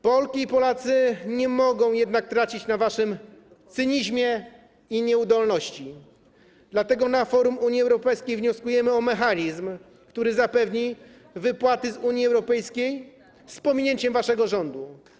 Polki i Polacy nie mogą jednak tracić na waszym cynizmie i nieudolności, dlatego na forum Unii Europejskiej wnioskujemy o mechanizm, który zapewni wypłaty z Unii Europejskiej z pominięciem waszego rządu.